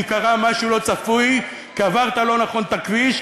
כי קרה משהו לא צפוי: כי עברת לא נכון את הכביש,